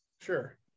Sure